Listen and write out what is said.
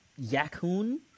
Yakun